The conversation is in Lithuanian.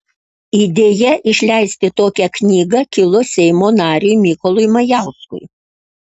idėja išleisti tokią knygą kilo seimo nariui mykolui majauskui